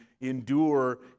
endure